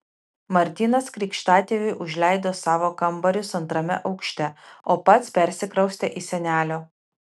martynas krikštatėviui užleido savo kambarius antrame aukšte o pats persikraustė į senelio